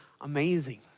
amazing